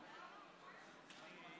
חברי הכנסת,